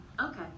Okay